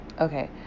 okay